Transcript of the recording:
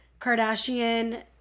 Kardashian